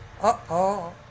Uh-oh